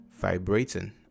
vibrating